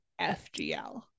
FGL